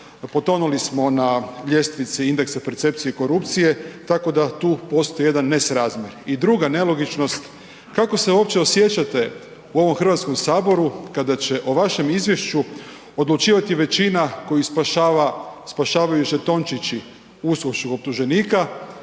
potonuli smo na ljestvici indeksa percepcije korupcije tako da tu postoji jedan nesrazmjer. I druga nelogičnost, kako se uopće osjećate u ovom Hrvatskom saboru, kada će o vašem izvješću odlučivati većina koje spašavaju žetončići USKOK-čkog optuženika,